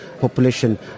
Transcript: population